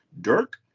Dirk